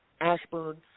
Ashburn